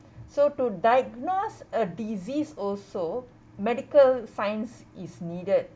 so to diagnose a disease also medical science is needed